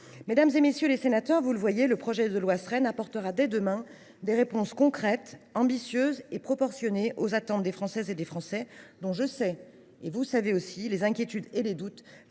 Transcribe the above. Mesdames, messieurs les sénateurs, vous le voyez : le projet de loi Sren apportera dès demain des réponses concrètes, ambitieuses et proportionnées aux attentes des Françaises et des Français, dont je sais, tout comme vous, les inquiétudes et les doutes